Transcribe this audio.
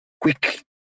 quick